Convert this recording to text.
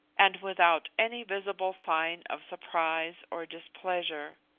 and without any visible sign of surprise or displeasure.